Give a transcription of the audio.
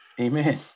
Amen